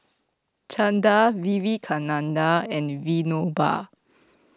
Chanda Vivekananda and Vinoba